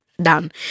done